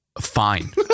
fine